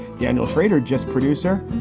daniel shrader, just producer,